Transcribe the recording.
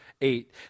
eight